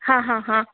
हा हा हा